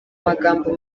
magambo